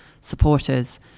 supporters